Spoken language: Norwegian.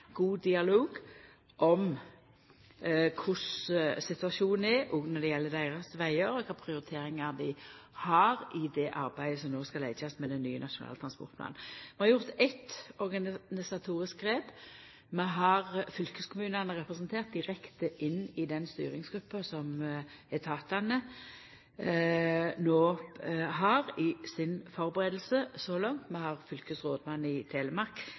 god dialog om korleis situasjonen er òg når det gjeld deira vegar, og kva prioriteringar dei har i det arbeidet som no skal leggjast med den nye nasjonale transportplanen. Vi har gjort eit organisatorisk grep. Vi har fylkeskommunane representerte direkte inn i den styringsgruppa som etatane no har i si førebuing så langt. Vi har fylkesrådmannen i Telemark